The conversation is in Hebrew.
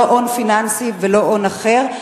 לא הון פיננסי ולא הון אחר,